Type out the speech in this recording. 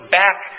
back